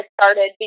started